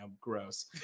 Gross